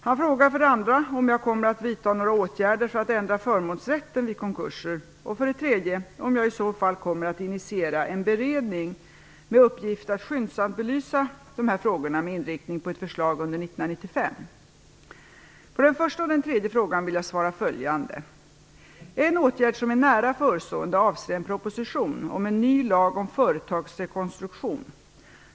Han frågar för det andra om jag kommer att vidta några åtgärder för att ändra förmånsrätten vid konkurser och för det tredje om jag i så fall kommer att initiera en beredning med uppgift att skyndsamt belysa dessa frågor med inriktning på ett förslag under 1995. På den första och den tredje frågan vill jag svara följande. En åtgärd som är nära förestående avser en proposition om en ny lag om företagsrekonstruktion.